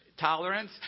tolerance